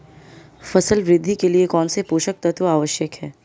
फसल वृद्धि के लिए कौनसे पोषक तत्व आवश्यक हैं?